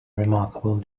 remarkable